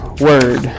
word